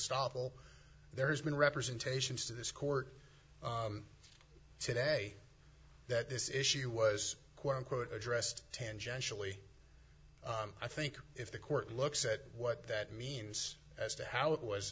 stoffel there has been representations to this court today that this issue was quote unquote addressed tangentially i think if the court looks at what that means as to how it was